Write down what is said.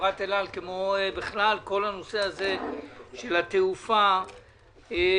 חברת אל על כמו בכלל כל הנושא של התעופה קיבלה